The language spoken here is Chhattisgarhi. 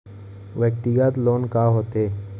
व्यक्तिगत लोन का होथे?